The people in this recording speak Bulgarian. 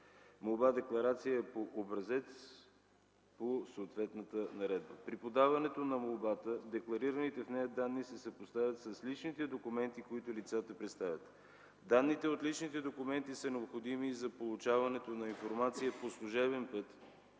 Молбата-декларация е по образец по съответната наредба. При подаването на молбата декларираните в нея данни се съпоставят с личните документи, които лицата представят. Данните от личните документи са необходими за получаването на информация по служебен път,